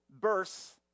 bursts